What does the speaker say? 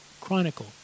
Chronicle